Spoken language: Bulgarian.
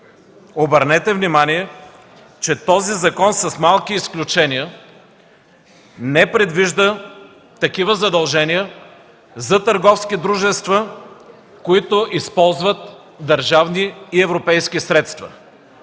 обърнете внимание, че този закон, с малки изключения, не предвижда такива задължения за търговски дружества, които използват държавни и европейски средства.